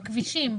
הכבישים,